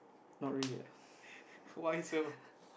not really ah